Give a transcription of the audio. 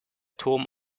turm